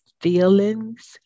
feelings